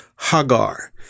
Hagar